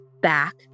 back